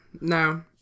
no